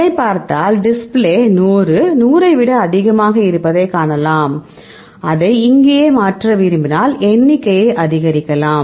இதைப் பார்த்தால் டிஸ்ப்ளே 100 100 ஐ விட அதிகமாக இருப்பதைக் காணலாம் அதை இங்கேயே மாற்ற விரும்பினால் எண்ணிக்கையை அதிகரிக்கலாம்